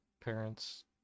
parents